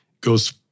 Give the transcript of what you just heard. goes